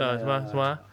ya ya ya ya ya